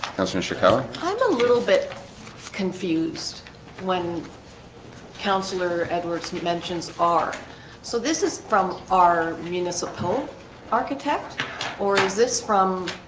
how's mr. keller and little bit confused when counselor edwards mentions our so this is from our municipal architect or is this from?